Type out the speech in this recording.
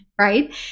Right